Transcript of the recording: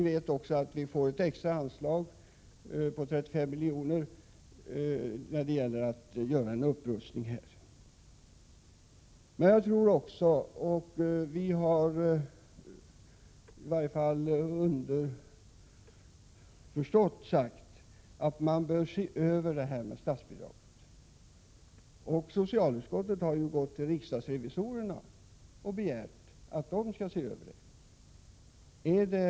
Nu kommer emellertid 35 milj.kr. extra att anslås för att en upprustning skall kunna ske i fråga om detta. Underförstått har vi sagt att statsbidraget bör ses över. Och socialutskottet har vänt sig till riksdagens revisorer och begärt att de skall se över statsbidraget.